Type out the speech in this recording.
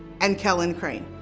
and kellen chrane.